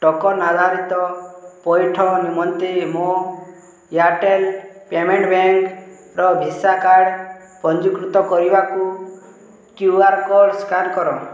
token ଆଧାରିତ ପଇଠ ନିମନ୍ତେ ମୋ ଏୟାରଟେଲ୍ ପେମେଣ୍ଟ ବ୍ୟାଙ୍କର ଭିସା କାର୍ଡ଼ ପଞ୍ଜୀକୃତ କରିବାକୁ କ୍ୟୁ ଆର୍ କୋଡ଼୍ ସ୍କାନ୍ କର